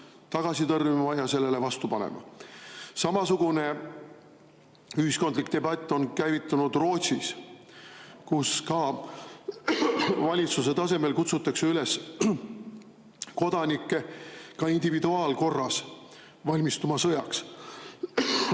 tagasi tõrjuma ja sellele vastu panema. Samasugune ühiskondlik debatt on käivitunud Rootsis, kus valitsuse tasemel kutsutakse üles kodanikke ka individuaalkorras valmistuma sõjaks. Nüüd,